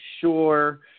sure